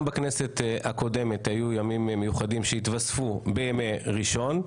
גם בכנסת הקודמת היו ימים מיוחדים שהתווספו בימי ראשון.